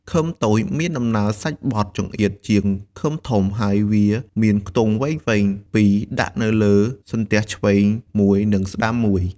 ឃឹមតូចមានដំណើរសាច់បទចង្អៀតជាងឃឹមធំ ហើយវាមានខ្ទង់វែងៗពីរដាក់នៅលើសន្ទះឆ្វេងមួយ និងស្តាំមួយ។